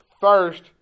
First